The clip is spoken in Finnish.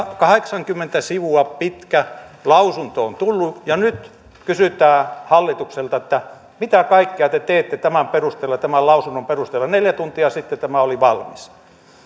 kahdeksankymmentä sivua pitkä lausunto on tullut ja nyt kysytään hallitukselta että mitä kaikkea te teette tämän lausunnon perusteella neljä tuntia sitten tämä oli valmis